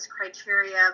criteria